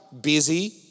Busy